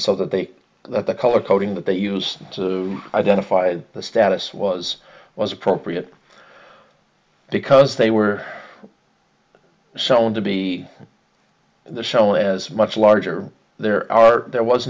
so that they that the color coding that they used to identify the status was was appropriate because they were selling to be the shell as much larger there are there was